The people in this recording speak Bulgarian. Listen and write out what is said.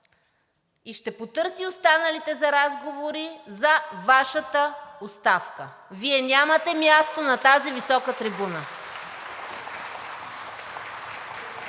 и ще потърси останалите за разговори за Вашата оставка – Вие нямате място на тази висока трибуна!